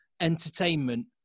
entertainment